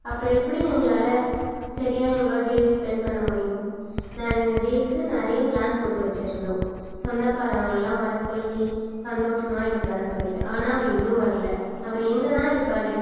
அப்புறோம் எப்படி எங்களால் சரியா எங்களோடய டேயை ஸ்பென்ட் பண்ண முடியும் நாங்கள் இந்த டேக்கு நிறையா பிளான் போட்டு வச்சுருந்தோம் சொந்தக்காரங்களெல்லாம் வர சொல்லி சந்தோஷமாக இருக்கலாம்னு சொல்லிட்டு ஆனால் அவர் இன்னும் வரல அவர் எங்கே தான் இருக்கார்